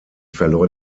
verlor